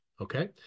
okay